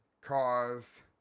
cause